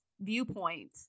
viewpoint